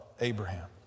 Abraham